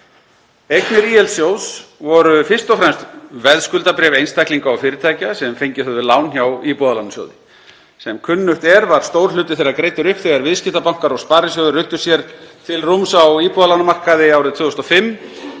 Eignir ÍL-sjóðs voru fyrst og fremst veðskuldabréf einstaklinga og fyrirtækja sem fengið höfðu lán hjá Íbúðalánasjóði. Sem kunnugt er var stór hluti þeirra greiddur upp þegar viðskiptabankar og sparisjóðir ruddu sér til rúms á íbúðalánamarkaði árið 2005.